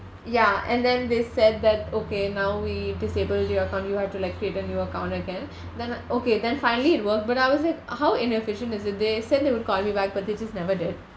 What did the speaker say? ya and then they said that okay now we've disable your account you have to like create a new account again then okay then finally it work but I was like how inefficient is it they said they would call me back but they just never did